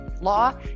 law